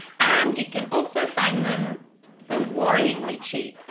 and you can also find them for worryingly cheap.